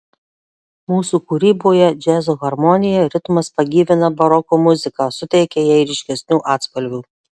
mūsų kūryboje džiazo harmonija ritmas pagyvina baroko muziką suteikia jai ryškesnių atspalvių